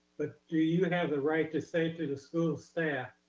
but do you and have the right to say to the school staff,